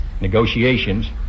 negotiations